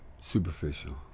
superficial